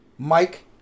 Mike